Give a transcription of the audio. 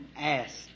asked